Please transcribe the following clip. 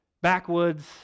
backwoods